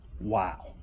Wow